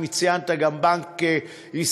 וציינת גם את בנק ישראל.